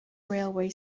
railway